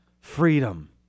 Freedom